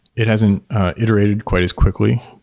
it hasn't iterated quite as quickly.